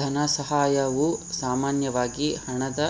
ಧನಸಹಾಯವು ಸಾಮಾನ್ಯವಾಗಿ ಹಣದ